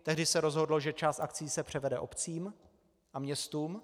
Tehdy se rozhodlo, že část akcií se převede obcím a městům.